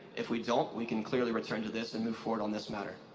if we don't we can clearly return to this and move forward on this matter.